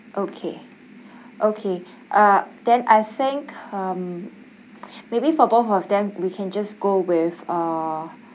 okay okay uh then I think um maybe for both of them we can just go with uh